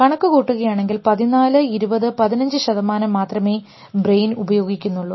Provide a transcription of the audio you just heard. കണക്ക് കൂടുകയാണെങ്കിൽ 14 20 15 ശതമാനം മാത്രമേ ബ്രെയിൻ ഉപയോഗിക്കുന്നുള്ളൂ